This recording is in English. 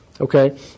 Okay